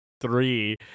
three